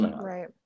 Right